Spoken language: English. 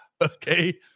okay